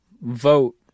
vote